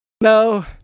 no